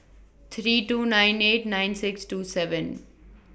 three two nine eight nine six two seven